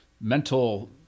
mental